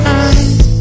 eyes